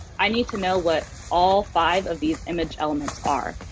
i need to know what all five of these image elements are,